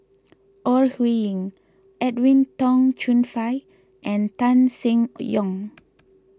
Ore Huiying Edwin Tong Chun Fai and Tan Seng Yong